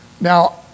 Now